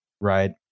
right